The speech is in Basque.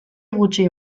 gutxi